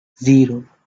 zero